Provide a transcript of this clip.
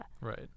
Right